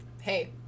Hey